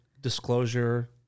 disclosure